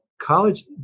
college